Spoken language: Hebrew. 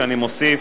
שאני מוסיף,